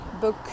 book